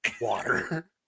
water